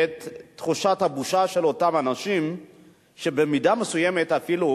את תחושת הבושה של אותם אנשים שבמידה מסוימת אפילו